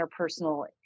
interpersonal